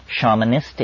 shamanistic